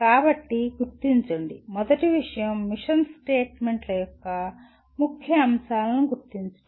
కాబట్టి గుర్తించండి మొదటి విషయం మిషన్ స్టేట్మెంట్ల యొక్క ముఖ్య అంశాలను గుర్తించడం